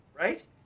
right